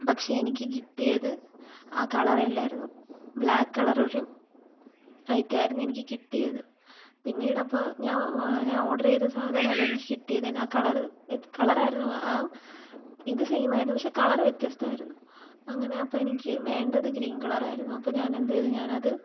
പക്ഷെ എനിക്ക് കിട്ടിയത് ആ കളറെ അല്ലായിരുന്നു ബ്ലാക്ക് കളറൊരു ആയിട്ടായിരുന്നു എനിക്ക് കിട്ടിയത് പിന്നീട് അപ്പോൾ ഞാൻ ഞാൻ ഓർഡെർ ചെയ്ത സാധനമല്ല എനിക്ക് കിട്ടിയത് ആ കളറ് എന്ത് കളറായിരുന്നു ആ ഇത് സെയിം ആയിരുന്നു പക്ഷെ കളറ് വ്യത്യസ്തമായിരുന്നു അങ്ങനെ അപ്പം എനിക്ക് വേണ്ടത് ഗ്രീൻ കളർ ആയിരുന്നു അപ്പം ഞാനെന്ത് ചെയ്തു ഞാനത്